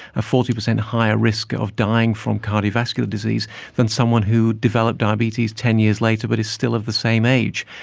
a forty percent higher risk of dying from cardiovascular disease than someone who would develop diabetes ten years later but is still of the same age.